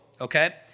Okay